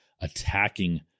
attacking